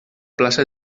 plaça